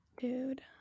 Dude